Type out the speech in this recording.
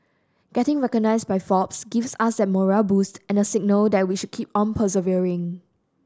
getting recognised by Forbes gives us that morale boost and the signal that we should keep on persevering